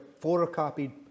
photocopied